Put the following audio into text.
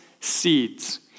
seeds